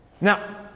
Now